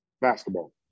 basketball